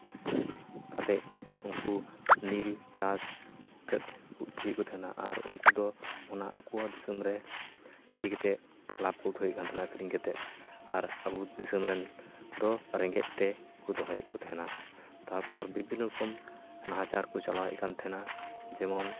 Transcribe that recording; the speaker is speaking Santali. ᱠᱟᱛᱮ ᱩᱱᱠᱩ ᱱᱤᱞ ᱪᱟᱥ ᱦᱚᱪᱚᱭᱮᱫ ᱠᱚ ᱛᱟᱦᱮᱱᱟ ᱟᱨ ᱩᱱᱠᱩ ᱫᱚ ᱚᱱᱟ ᱟᱠᱚᱣᱟᱜ ᱫᱤᱥᱚᱢ ᱨᱮ ᱤᱫᱤ ᱠᱟᱛᱮ ᱞᱟᱵᱽ ᱠᱚ ᱩᱴᱷᱟᱹᱣᱮᱫ ᱠᱟᱱ ᱛᱟᱦᱮᱱᱟ ᱟᱹᱠᱷᱨᱤᱧ ᱠᱟᱛᱮ ᱟᱨ ᱟᱵᱚ ᱫᱤᱥᱚᱢ ᱨᱮᱱ ᱫᱚ ᱨᱮᱸᱜᱮᱡ ᱛᱮ ᱠᱚ ᱫᱚᱦᱚᱭᱮᱫ ᱠᱚ ᱛᱟᱦᱮᱱᱟ ᱛᱟᱨᱯᱚᱨ ᱵᱤᱵᱷᱤᱱᱱᱚ ᱨᱚᱠᱚᱢ ᱱᱟᱦᱟᱪᱟᱨ ᱠᱚ ᱪᱟᱞᱟᱣᱮᱫ ᱠᱟᱱ ᱛᱟᱦᱮᱱᱟ ᱡᱮᱢᱚᱱ